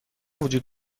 وجود